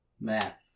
Math